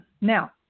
now